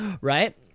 right